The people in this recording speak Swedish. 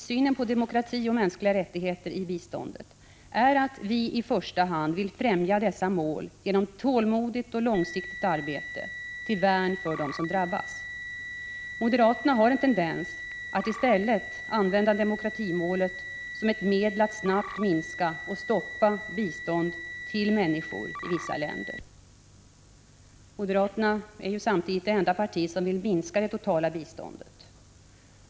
1985/86:117 mänskliga rättigheter i biståndet är att vi i första hand vill främja dessa mål 16 april 1986 genom tålmodigt och långsiktigt arbete till värn för dem som drabbas. Moderaterna har en tendens att i stället använda demokratimålet som ett medel att snabbt minska och stoppa bistånd till människor i vissa länder. Moderaterna är samtidigt det enda parti som vill minska det totala biståndet.